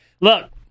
Look